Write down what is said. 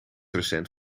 recent